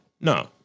No